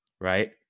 right